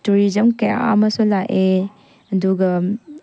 tourism ꯀꯌꯥ ꯑꯃꯁꯨ ꯂꯥꯛꯑꯦ ꯑꯗꯨꯒ